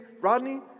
Rodney